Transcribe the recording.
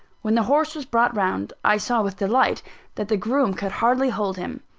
when the horse was brought round, i saw with delight that the groom could hardly hold him.